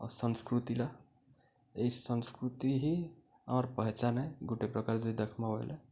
ଆଉ ସଂସ୍କୃତିଲା ଏଇ ସଂସ୍କୃତି ହିଁ ଆମର୍ ପହେଚାନ୍ ହେ ଗୋଟେ ପ୍ରକାର ଯଦି ଦେଖ୍ମା ବୋଇଲେ